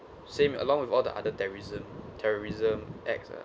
same along with all the other terrorism terrorism acts ah